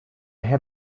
had